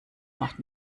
macht